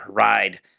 ride